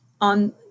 on